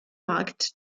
markt